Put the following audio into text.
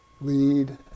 lead